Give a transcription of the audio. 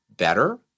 Better